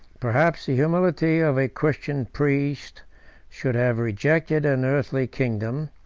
perhaps the humility of a christian priest should have rejected an earthly kingdom,